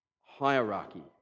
hierarchy